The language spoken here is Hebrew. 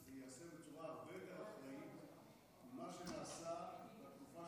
זה ייעשה בצורה הרבה יותר אחראית ממה שנעשה בתקופה